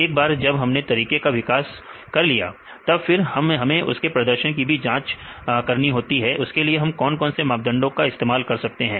एक बार जब हमने तरीके का विकास कर लिया तब फिर हमें उसकी प्रदर्शन को भी जांच ना होता है इसके लिए हम कौन कौन से मापदंडों का इस्तेमाल कर सकते हैं